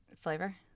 Flavor